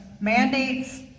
mandates